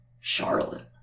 Charlotte